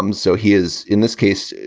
um so he is, in this case,